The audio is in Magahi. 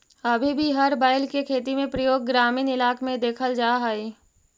अभी भी हर बैल के खेती में प्रयोग ग्रामीण इलाक में देखल जा हई